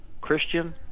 Christian